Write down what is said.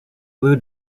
blue